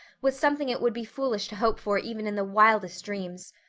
was something it would be foolish to hope for even in the wildest dreams.